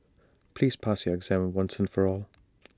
please pass your exam once and for all